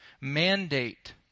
mandate